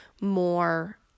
more